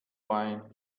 wine